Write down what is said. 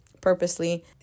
purposely